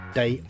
day